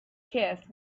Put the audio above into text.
chest